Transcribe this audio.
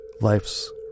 life's